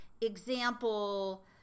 example